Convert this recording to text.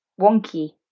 wonky